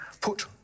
put